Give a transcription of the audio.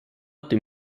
dem